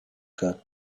got